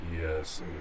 Yes